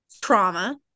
trauma